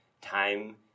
time